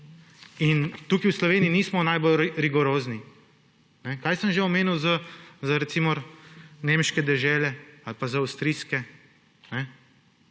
Tukaj v Sloveniji nismo najbolj rigorozni. Kaj sem že omenil za, recimo, nemške dežela ali za avstrijske?